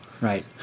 Right